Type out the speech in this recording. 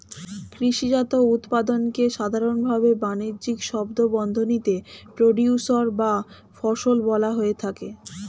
কৃষিজাত উৎপাদনকে সাধারনভাবে বানিজ্যিক শব্দবন্ধনীতে প্রোডিউসর বা ফসল বলা হয়ে থাকে